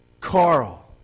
Carl